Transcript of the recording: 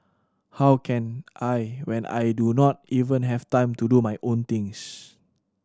how can I when I do not even have time to do my own things